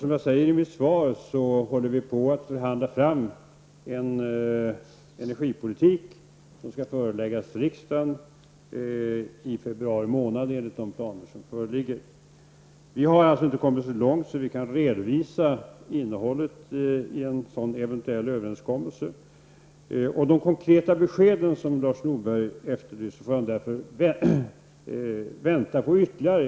Som jag säger i mitt svar, håller vi på att förhandla fram en energipolitik som skall föreläggas riksdagen i februari månad, enligt de planer som föreligger. Vi har alltså inte kommit så långt att vi kan redovisa innehållet i en sådan eventuell överenskommelse, och de konkreta besked som Lars Norberg efterlyser får han därför vänta på ytterligare.